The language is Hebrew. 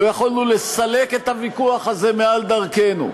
לו יכולנו לסלק את הוויכוח הזה מעל דרכנו.